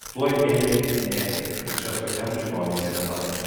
tuoj ėmė įtikinėti kad čia tokiam ligoniui ne vieta